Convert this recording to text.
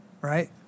right